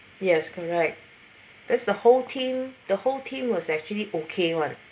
yes correct that's the whole team the whole team was actually okay [one]